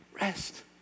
Rest